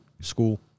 school